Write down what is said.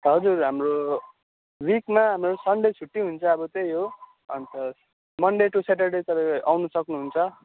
हजुर हाम्रो विकमा हाम्रो सन्डे छुट्टी हुन्छ अब त्यही हो अन्त मन्डे टू स्याटरडे तपाईँ आउनु सक्नुहुन्छ